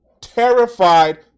terrified